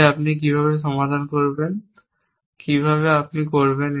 তাই আপনি কীভাবে সমাধান করবেন কীভাবে আপনি কীভাবে করবেন